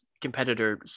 competitor